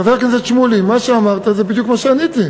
חבר הכנסת שמולי, מה שאמרת זה בדיוק מה שעניתי.